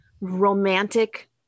romantic